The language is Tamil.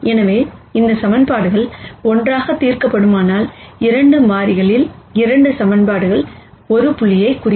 எனவே இந்த ஈக்குவேஷன்கள் ஒன்றாக தீர்க்கப்படுமானால் 2 மாறிகளில் 2 ஈக்குவேஷன்கள் ஒரு புள்ளியைக் குறிக்கும்